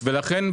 ולכן,